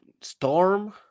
storm